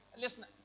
listen